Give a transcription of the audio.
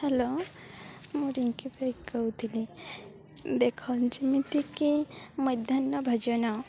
hello ମୁଁ ରିଙ୍କି ବାଇ କହୁଥିଲି ଦେଖନ୍ତୁ ଯେମିତିକି ମଧ୍ୟାହ୍ନ ଭୋଜନ